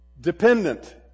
Dependent